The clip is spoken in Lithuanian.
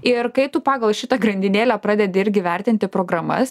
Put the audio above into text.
ir kai tu pagal šitą grandinėlę pradedi irgi vertinti programas